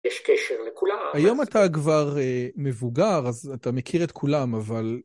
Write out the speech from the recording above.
יש קשר לכולם. היום אתה כבר מבוגר, אז אתה מכיר את כולם, אבל...